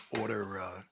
order